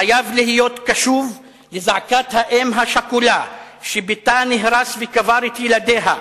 חייב להיות קשוב לזעקת האם השכולה שביתה נהרס וקבר את ילדיה,